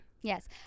yes